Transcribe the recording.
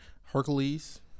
Hercules